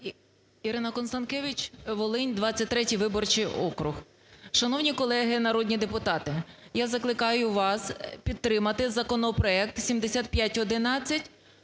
Ірина Констанкевич, Волинь, 23 виборчий округ. Шановні колеги народні депутати, я закликаю вас підтримати законопроект 7511,